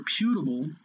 reputable